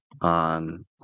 on